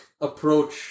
approach